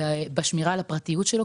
ובשמירה על הפרטיות שלו,